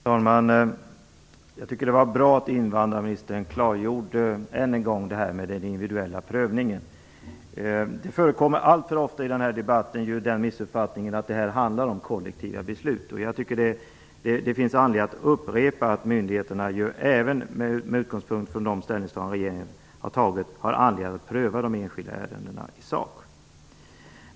Herr talman! Jag tycker att det var bra att invandrarministern än en gång klargjorde det här med den individuella prövningen. Det förekommer alltför ofta i den här debatten den missuppfattningen att det här handlar om kollektiva beslut. Jag tycker att det finns anledning att upprepa att myndigheterna även med utgångspunkt från de ställningstaganden regeringen har tagit har anledning att pröva de enskilda ärendena i sak.